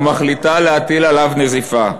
ומחליטה להטיל עליו נזיפה."